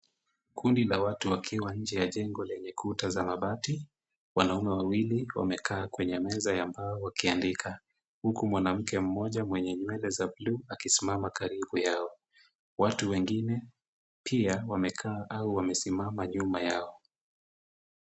Kundi la watu wakiwa nje ya jengo lenye kuta za mabati , wanaume wawili wamekaa kwenye meza ya mbao wakiandika, huku mwanamke mmoja mwenye nywele za bluu akisimama karibu yao , watu wengine pia wamekaa au wamesimama nyuma yao.